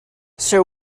sir